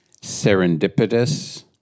serendipitous